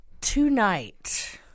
Tonight